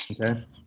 Okay